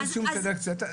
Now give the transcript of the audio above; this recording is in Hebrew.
אין שום סלקציה.